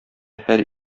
һәр